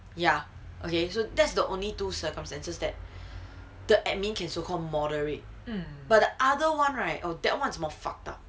ya okay so that's the only two circumstances that the admin can so called moderate but the other one right or that once more fucked up